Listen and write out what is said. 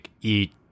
eat